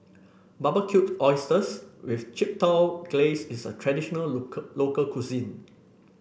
Barbecued Oysters with Chipotle Glaze is a traditional local local cuisine